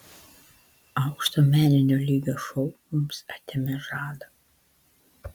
aukšto meninio lygio šou mums atėmė žadą